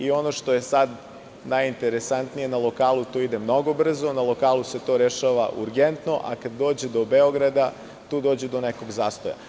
Ono što je najinteresantnije, na lokalu to ide mnogo brzo, na lokalu se to rešava urgentno, a kad dođe do Beograda, tu dođe do nekog zastoja.